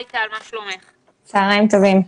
צוהריים טובים.